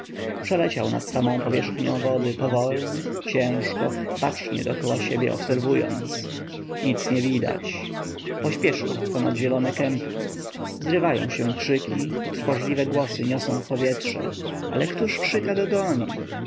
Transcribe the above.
przeleciał nad samą powierzchnią wody powolnie ciężko bacznie dokoła siebie obserwując nic nie widać pośpieszył ponad zielone kępki zrywają się kszyki i trwożliwe głosy niosą w powietrze ale któż kszyka dogoni